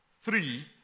three